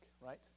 right